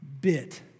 bit